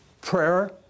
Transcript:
prayer